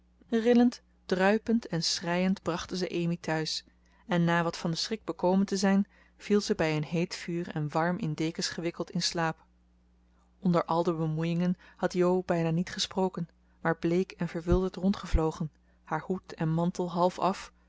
rillend druipend en schreiend brachten ze amy thuis en na wat van den schrik bekomen te zijn viel ze bij een heet vuur en warm in dekens gewikkeld in slaap onder al de bemoeiingen had jo bijna niet gesproken maar bleek en verwilderd rondgevlogen haar hoed en mantel half af